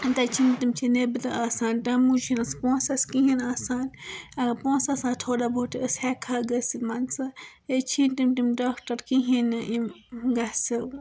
تَتہِ چھِنہٕ تِم چھِ نیٚبرٕ آسان تَمہِ موٗجوٗب چھِنہٕ اَسہِ پۅنٛسہٕ اَسہِ کِہیٖنٛۍ آسان پۅنٛسہٕ آسان تھوڑا بہت اَسہِ ہیٚکہٕ ہا گَژھِتھ مان ژٕ ییٚتہِ چھِ یی نہٕ تِم تِم ڈاکٹَر کِہیٖنٛۍ نہٕ یِم گژھِ سا